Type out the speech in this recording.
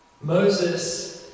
Moses